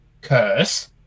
curse